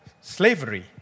slavery